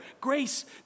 Grace